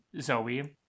Zoe